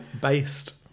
based